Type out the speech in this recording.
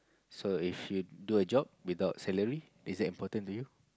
so if you do a job without salary is that important to you